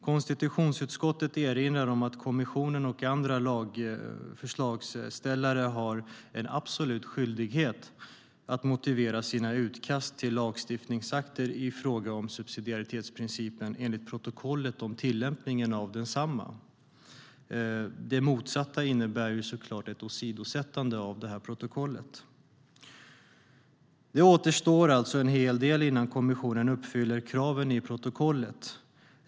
Konstitutionsutskottet erinrar om att kommissionen och andra förslagsställare har en absolut skyldighet att motivera sina utkast till lagstiftningsakter i fråga om subsidiaritetsprincipen enligt protokollet om tillämpningen av detsamma. Det motsatta innebär såklart ett åsidosättande av protokollet. Det återstår alltså en hel del innan kommissionen uppfyller kraven i protokollet.